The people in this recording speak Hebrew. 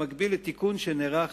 במקביל לתיקון שנערך